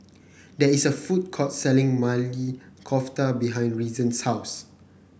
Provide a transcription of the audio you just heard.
there is a food court selling Maili Kofta behind Reason's house